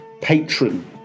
patron